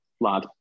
lad